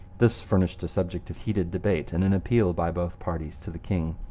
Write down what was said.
this furnished a subject of heated debate and an appeal by both parties to the king.